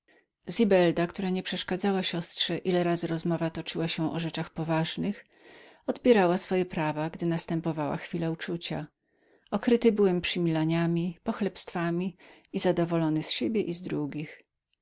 zibelda która nie przeszkadzała siostrze ile razy rozmowa toczyła się o rzeczach poważnych odbierała swoje prawa gdy następowała chwila uczucia okryty byłem przymilaniami pochlebstwami i zadowolony z siebie i z drugich